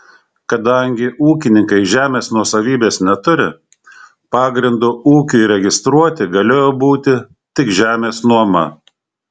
kadangi ūkininkai žemės nuosavybės neturi pagrindu ūkiui registruoti galėjo būti tik žemės nuoma